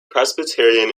presbyterian